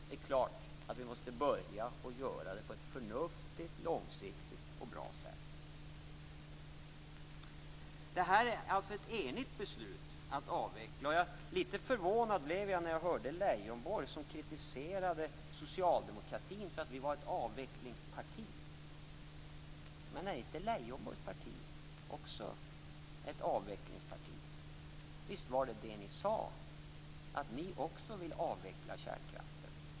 Det är klart att vi måste börja att göra det på ett förnuftigt, långsiktigt och bra sätt. Beslutet att avveckla är alltså enigt. Litet förvånad blev jag när jag hörde Leijonborg kritisera socialdemokratin för att vara ett avvecklingsparti. Är inte Leijonborgs parti också ett avvecklingsparti? Visst var det det ni sade - att ni också ville avveckla kärnkraften?